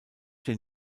den